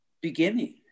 beginning